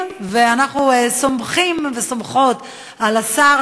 ואנחנו סומכים וסומכות על השר,